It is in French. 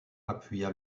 appuya